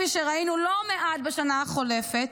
כפי שראינו לא מעט בשנה החולפת,